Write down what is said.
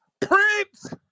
Prince